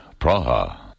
Praha